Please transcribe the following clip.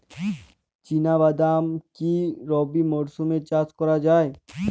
চিনা বাদাম কি রবি মরশুমে চাষ করা যায়?